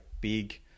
big